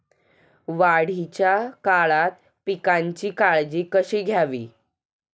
वाढीच्या काळात पिकांची काळजी कशी घ्यावी?